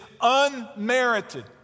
unmerited